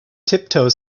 tiptoe